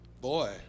Boy